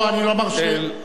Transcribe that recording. אדוני השר, לא, אני לא מרשה.